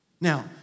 Now